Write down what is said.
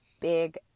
big